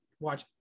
watch